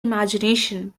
imagination